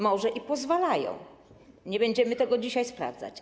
Może i pozwalają, nie będziemy tego dzisiaj sprawdzać.